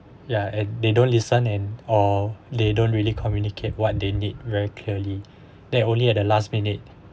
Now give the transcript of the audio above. ya and they don't listen and or they don't really communicate what they need very clearly then only at the last minute